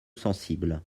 sensible